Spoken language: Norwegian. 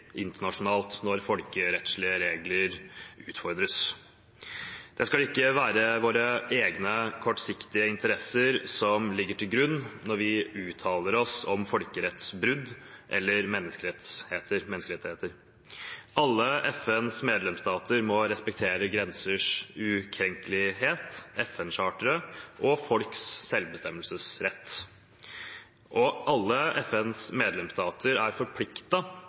internasjonalt når folkerettslige regler utfordres. Det skal ikke være våre egne kortsiktige interesser som ligger til grunn når vi uttaler oss om folkerettsbrudd eller menneskerettigheter. Alle FNs medlemsstater må respektere grensers ukrenkelighet, FN-charteret og folks selvbestemmelsesrett, og alle FNs medlemsstater er